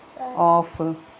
off